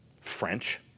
French